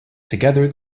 together